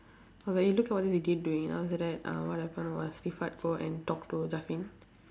I was like eh you look at what this idiot doing and after that uh what happened was go and talk to